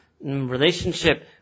relationship